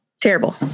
Terrible